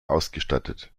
ausgestattet